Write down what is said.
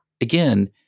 again